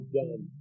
done